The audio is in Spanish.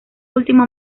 último